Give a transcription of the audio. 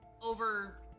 over